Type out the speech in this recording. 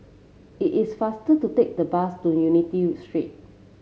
it is faster to take the bus to Unity Street